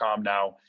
now